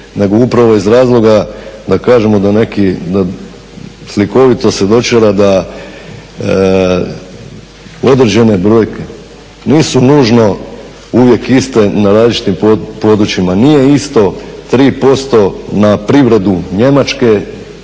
nego upravo iz razloga da kažemo da neki, slikovito se dočara da određene brojke nisu nužno uvijek iste na različitim područjima. Nije isto 3% na privredu Njemačke,